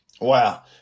Wow